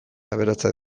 aberatsak